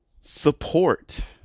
support